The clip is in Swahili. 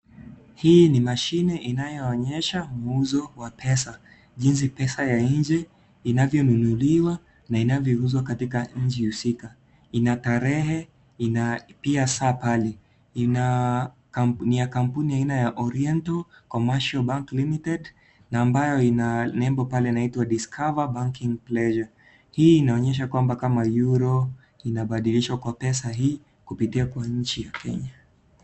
Hii ni mashine inayoonyesha muuzo wa pesa, jinsi pesa ya nje inavyonunuliwa na inavyouzwa katika nchi husika. Ina tarehe, ina pia saa pale, ni ya kampuni aina ya Oriento Commercial Bank Limited ambayo ina nembo pale inaitwa discover banking pleasure . Hii inaonyesha kwamba kama euro inabadislishwa kwa pesa hii kupita pesa ya Kenya.